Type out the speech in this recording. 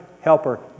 helper